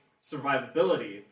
survivability